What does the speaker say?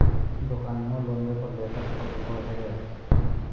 दोकनिओ लोनवे पर लेकर खोललहो हे?